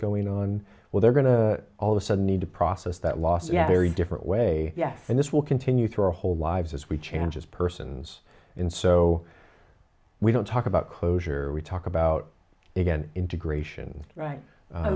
going on where they're going to all the sudden need to process that loss yeah very different way yes and this will continue through our whole lives as we change as persons in so we don't talk about closure we talk about again integration right i